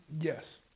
Yes